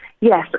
Yes